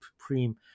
supreme